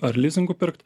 ar lizingu pirkt